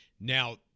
Now